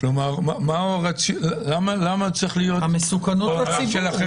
למה צריך להיות --- המסוכנות לציבור זה יותר